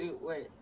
wait